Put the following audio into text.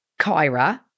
Kyra